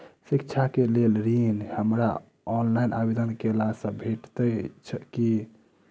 शिक्षा केँ लेल ऋण, हमरा ऑफलाइन आवेदन कैला सँ भेटतय की?